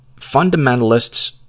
fundamentalists